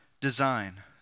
design